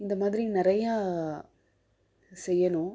இந்த மாதிரி நிறையா செய்யணும்